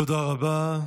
תודה רבה.